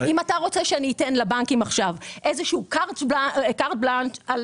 אם אתה רוצה שאני אתן לבנקים איזשהו קארט בלאנש על